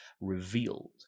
revealed